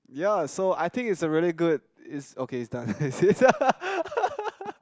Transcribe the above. ya so I think it's a really good it's okay it's done